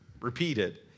repeated